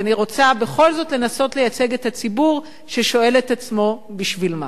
ואני רוצה בכל זאת לנסות לייצג את הציבור ששואל את עצמו: בשביל מה?